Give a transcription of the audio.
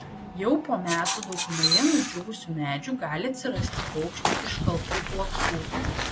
jau po metų daugumoje nudžiūvusių medžių gali atsirasti paukščių iškaltų uoksų